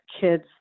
kids